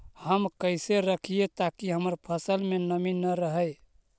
हम कैसे रखिये ताकी हमर फ़सल में नमी न रहै?